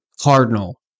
Cardinal